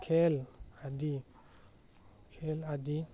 খেল আদি খেল আদি